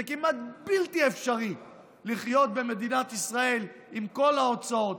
זה כמעט בלתי אפשרי לחיות במדינת ישראל עם כל ההוצאות,